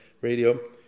radio